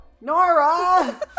Nora